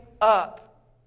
up